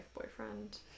boyfriend